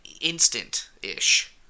instant-ish